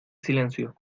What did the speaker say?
silencio